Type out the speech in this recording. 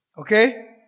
Okay